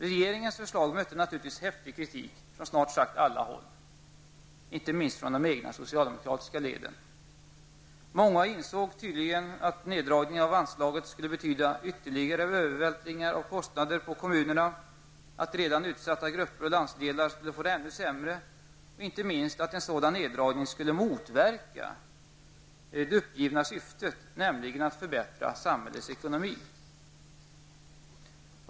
Regeringens förslag mötte naturligtvis häftig kritik från snart sagt alla håll, inte minst ifrån de egna socialdemokratiska leden. Många insåg tydligen att neddragningen av anslaget skulle betyda ytterligare övervältringar av kostnader på kommunerna, att redan utsatta grupper och landsdelar skulle få det ännu sämre och inte minst att en sådan neddragning skulle motverka det uppgivna syftet -- nämligen att förbättra samhällets ekonomi.